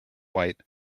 white